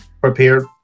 prepared